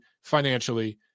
financially